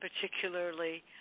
particularly